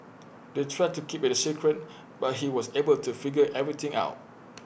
they tried to keep IT A secret but he was able to figure everything out